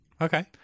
Okay